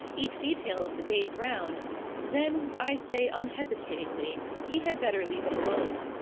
each detail of the day's round then, i say unhesitatingly, he had better leave it alone.